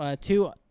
Two